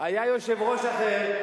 היה יושב-ראש אחר,